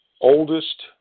oldest